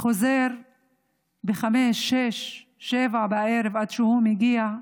וחוזר ב-17:00, 18:00, 19:00, עד שהוא מגיע,